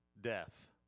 death